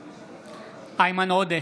בעד איימן עודה,